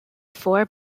four